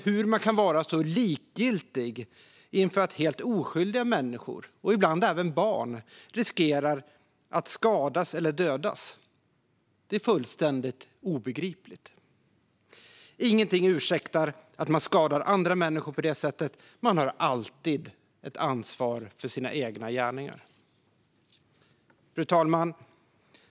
Hur man kan vara så likgiltig inför att helt oskyldiga människor och ibland även barn riskerar att skadas eller dödas är fullständigt obegripligt. Ingenting ursäktar att man skadar andra människor på det sättet. Man har alltid ett ansvar för sina egna gärningar. Fru talman!